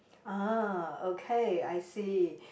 uh okay I see